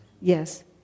Yes